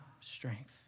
strength